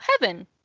heaven